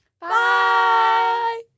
Bye